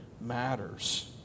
matters